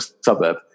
suburb